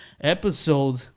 episode